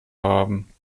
haben